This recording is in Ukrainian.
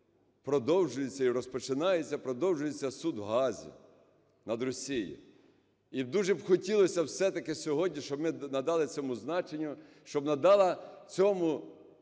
продовжується і розпочинається… продовжується суд в Гаазі над Росією. І дуже б хотілося все-таки сьогодні, щоб ми надали цьому значення, щоб надали цьому